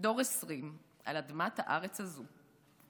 דור 20 על אדמת הארץ הזו.